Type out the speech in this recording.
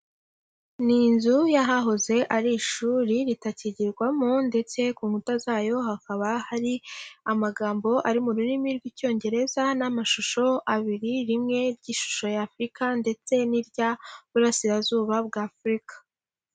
Ni inzu y'ahahoze ari ishuri ritakigirwamo ndetse ku nkuta zayo hakaba hari amagambo ari mururimi rw'icyongereza n'amashusho abiri rimwe ry'ishusho ya Afurika ndetse n'iry'uburasirazuba bwa Afurika.